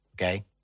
okay